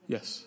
Yes